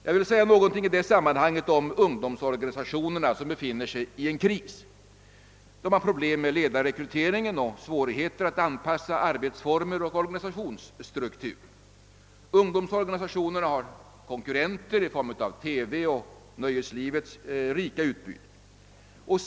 Jag vill säga några ord i detta sammanhang om ungdomsorganisationerna, som befinner sig i en kris. De har problem med ledarrekryteringen och svårigheter att anpassa arbetsformer och organisationsstruktur, och de möter konkurrenter i form av TV och nöjeslivets rika utbud.